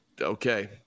okay